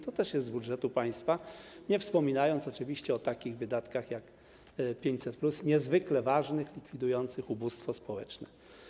To też jest z budżetu państwa, nie wspominając oczywiście o takich wydatkach jak 500+, niezwykle ważnych, likwidujących ubóstwo społeczne.